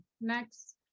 Next